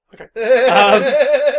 okay